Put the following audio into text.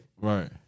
right